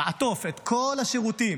לעטוף, את כל השירותים